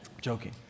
Joking